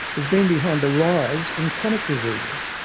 has been behind the rise in chronic diseases,